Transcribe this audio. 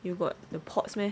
you got the ports meh